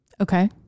Okay